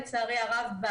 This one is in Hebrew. לצערי הרב,